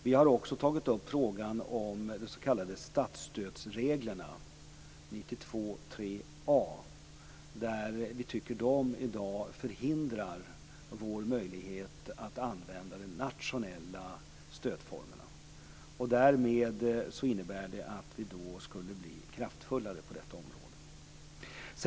Vi har också tagit upp frågan om de s.k. statsstödsreglerna, som vi tycker i dag förhindrar vår möjlighet att använda de nationella stödformerna. Vi skulle därmed kunna bli kraftfullare på detta område.